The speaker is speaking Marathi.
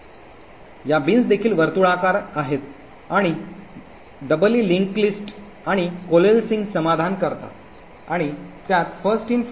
या बीन्स देखील वर्तुळाकार आहेत आणि दुप्पट दुवा साधलेली यादी आणि कोलेसेसिंगचे समाधान करतात आणि त्यात फर्स्ट इन फर्स्ट आउट आहे